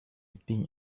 think